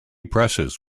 presses